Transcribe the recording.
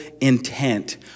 intent